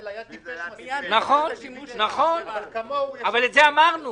נכון, אבל את זה אמרנו.